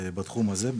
בתחום הזה,